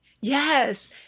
Yes